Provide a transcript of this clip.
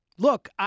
Look